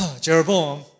Jeroboam